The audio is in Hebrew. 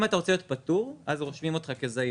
אם אתה רוצה להיות פטור אז רושמים אותך כזעיר.